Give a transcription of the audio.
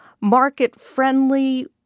market-friendly